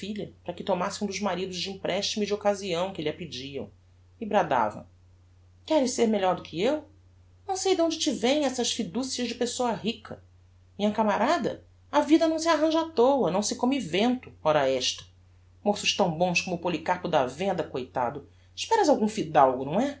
para que tomasse um dos maridos de emprestimo e de occasião que lh'a pediam e bradava queres ser melhor do eu não sei donde te vem essas fiducias de pessoa rica minha camarada a vida não se arranja á toa não se come vento ora esta moços tão bons como o polycarpo da venda coitado esperas algum fidalgo não é